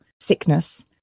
sickness